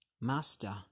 Master